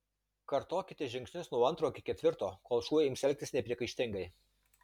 kartokite žingsnius nuo antro iki ketvirto kol šuo ims elgtis nepriekaištingai